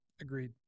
Agreed